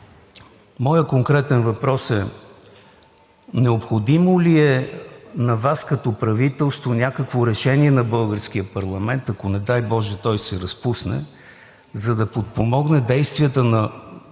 конкретно: необходимо ли е на Вас като правителство някакво решение на българския парламент, ако не дай боже, той се разпусне, за да подпомогне действията на Вашето или